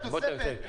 ראשית,